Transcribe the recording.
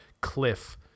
cliff